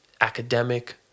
academic